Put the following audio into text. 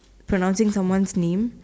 pronouncing someone name